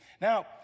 now